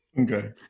Okay